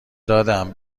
دادم